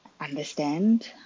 Understand